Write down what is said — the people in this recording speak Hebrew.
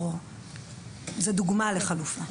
זו דוגמה לחלופה.